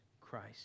Christ